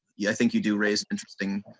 yeah i think you do raise interesting.